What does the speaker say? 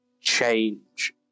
change